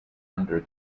under